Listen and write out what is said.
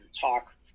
talk